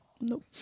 Nope